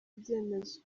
ibyemezo